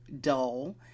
dull